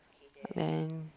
but then